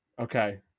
Okay